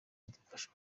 idufashe